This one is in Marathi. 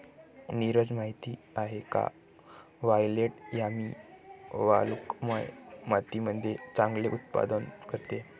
नीरज माहित आहे का वायलेट यामी वालुकामय मातीमध्ये चांगले उत्पादन करतो?